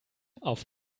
auf